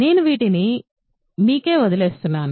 నేను వీటిని మీకే వదిలేస్తున్నాను